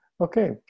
okay